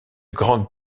grande